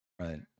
Right